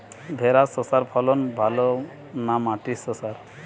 ভেরার শশার ফলন ভালো না মাটির শশার?